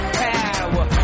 power